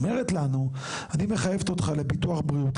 היא אומרת לנו אני מחייבת אותך לביטוח בריאות.